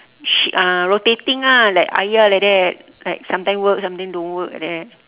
shi~ uh rotating ah like ayah like that like sometime work sometime don't work like that